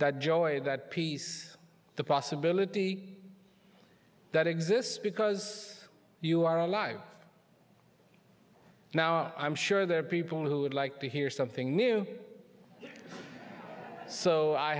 that joy that peace the possibility that exists because you are alive now i'm sure there are people who would like to hear something new so i